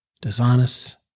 dishonest